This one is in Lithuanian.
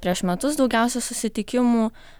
prieš metus daugiausiai susitikimų